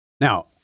Now